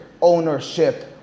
ownership